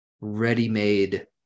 ready-made